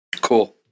Cool